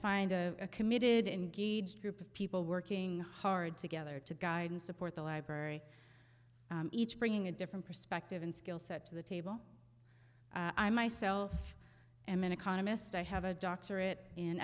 find a committed engaged group of people working hard together to guide and support the library each bringing a different perspective and skill set to the table i myself am an economist i have a doctorate in